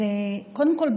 קודם כול,